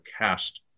cast